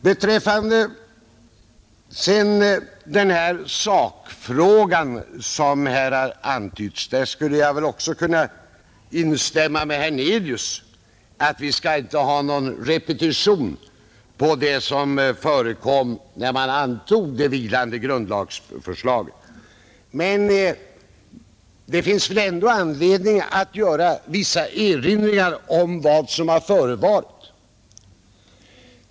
Vad sedan själva sakfrågan angår kan jag också instämma i vad herr Hernelius sade; vi skall inte ha någon repetition av vad som förekom när vi antog det vilande grundlagsförslaget. Men det finns ändå anledning erinra om vad som förevarit.